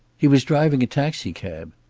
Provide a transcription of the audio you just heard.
he was driving a taxicab.